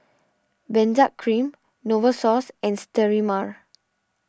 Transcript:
Benzac Cream Novosource and Sterimar